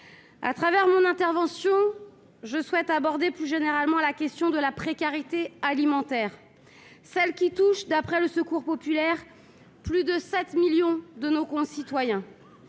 Au travers de mon intervention, je souhaite aborder plus généralement la question de la précarité alimentaire, qui touche, d'après le Secours populaire français, plus de 7 millions de nos concitoyens.